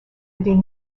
des